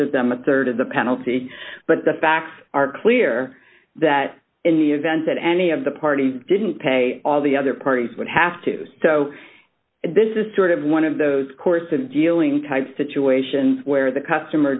of them a rd of the penalty but the facts are clear that in the event that any of the party didn't pay all the other parties would have to do so this is sort of one dollar of those course in dealing type situations where the customer